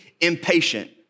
impatient